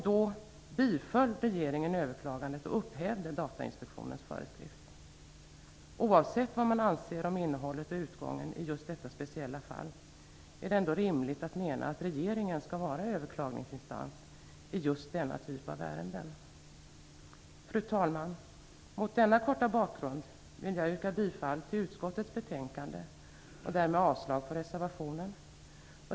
Då biföll regeringen överklagandet och upphävde Datainspektionens föreskrift. Oavsett vad man tycker om innehållet och utgången i just detta speciella fall är det ändå rimligt att mena att regeringen skall vara överklagningsinstans i just denna typ av ärende. Fru talman! Mot denna korta bakgrund vill jag yrka bifall till utskottets hemställan och därmed avslag på reservationen.